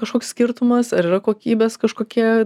kažkoks skirtumas ar yra kokybės kažkokie